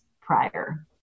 prior